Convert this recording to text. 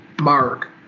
mark